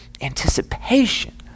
anticipation